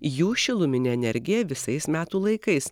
jų šiluminę energiją visais metų laikais